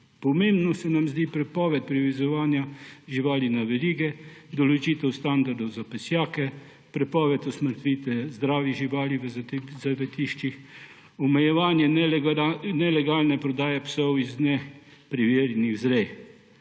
Pomembna se nam zdi prepoved privezovanja živali na verige, določitev standardov za pesjake, prepoved usmrtitve zdravih živali v zavetiščih, omejevanje nelegalne prodaje psov iz nepreverjenih vzrej.